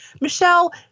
Michelle